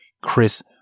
Chris